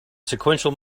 sequential